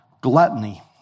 gluttony